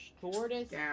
shortest